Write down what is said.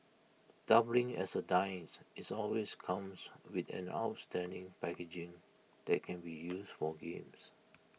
doubling as A dice its always comes with an outstanding packaging that can be used for games